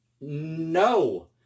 no